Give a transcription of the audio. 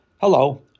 Hello